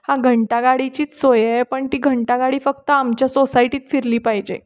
हा घंटा गाडीचीच सोय आहे पण ती घंटा गाडी फक्त आमच्या सोसायटीत फिरली पाहिजे